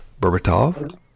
Berbatov